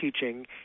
teaching